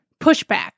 Pushback